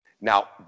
Now